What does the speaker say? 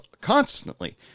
constantly